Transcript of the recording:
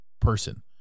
person